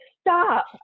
stop